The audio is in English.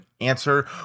answer